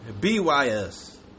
Bys